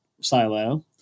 silo